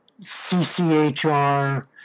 CCHR